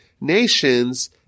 nations